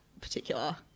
particular